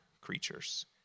creatures